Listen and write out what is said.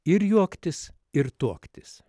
ir juoktis ir tuoktis